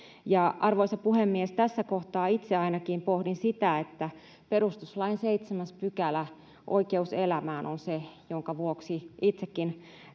Arvoisa puhemies, tässä kohtaa ainakin itse pohdin sitä, että perustuslain 7 §, oikeus elämään, on se, jonka vuoksi itsekin